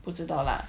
you know 不知道 lah